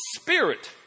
spirit